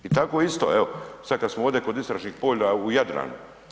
I tako isto evo, sad kad smo ovdje kod istražnih polja u Jadranu.